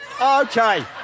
Okay